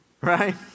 right